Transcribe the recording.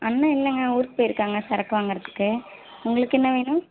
அண்ணன் இல்லைங்க ஊர்க்கு போய் இருக்காங்க சரக்கு வாங்குகிறதுக்கு உங்களுக்கு என்ன வேணும்